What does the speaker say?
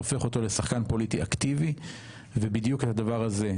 הופך אותו לשחקן פוליטי אקטיבי ובדיוק על הדבר הזה,